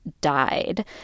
died